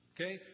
Okay